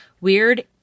weird